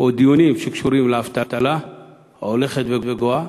או לדיונים שקשורים לאבטלה ההולכת וגואה.